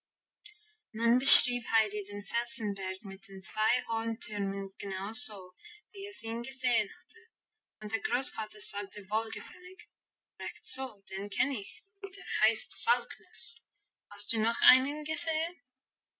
beschrieb heidi den felsenberg mit den zwei hohen türmen genau so wie es ihn gesehen hatte und der großvater sagte wohlgefällig recht so den kenn ich der heißt falknis hast du noch einen gesehen